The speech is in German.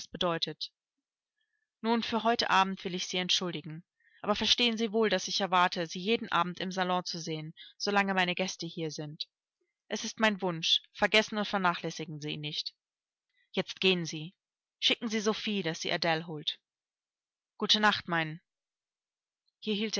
bedeutet nun für heute abend will ich sie entschuldigen aber verstehen sie wohl daß ich erwarte sie jeden abend im salon zu sehen so lange meine gäste hier sind es ist mein wunsch vergessen und vernachlässigen sie ihn nicht jetzt gehen sie schicken sie sophie daß sie adele holt gute nacht mein